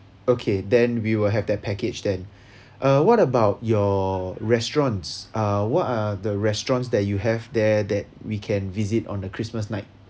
okay then we will have that package then uh what about your restaurants uh what are the restaurants that you have there that we can visit on the christmas night